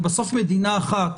ובסוף מדינה אחת,